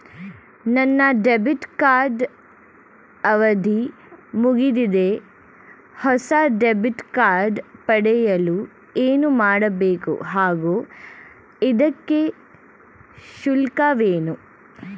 ನನ್ನ debit card ಅವಧಿ ಮುಗಿದಿದೆ ಹೊಸ ಡೆಬಿಟ್ ಕಾರ್ಡ್ ಪಡೆಯಲು ಏನು ಮಾಡಬೇಕು ಹಾಗೂ ಇದಕ್ಕೆ ಶುಲ್ಕವೇನು?